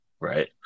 Right